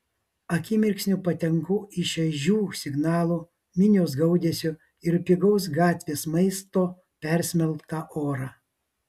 akimirksniu patenku į šaižių signalų minios gaudesio ir pigaus gatvės maisto persmelktą orą